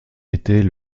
était